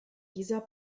dieser